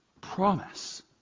promise